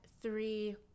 three